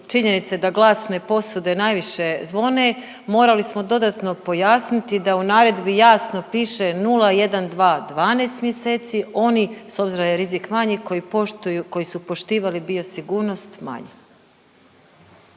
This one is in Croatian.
činjenice da glasne posude najviše zvone, morali smo dodatno pojasniti da u naredbi jasno piše 0, 1, 2, 12 mjeseci, oni s obzirom da je rizik manji koji poštuju, koji su poštivali biosigurnost manje.